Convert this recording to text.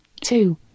Two